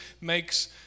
makes